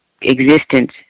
existence